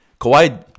Kawhi